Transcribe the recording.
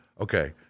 okay